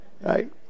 right